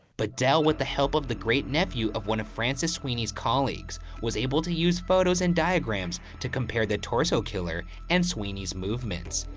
but with the help of the great nephew of one of francis sweeney's colleagues, was able to use photos and diagrams to compare the torso killer and sweeney's movements.